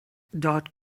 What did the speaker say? dot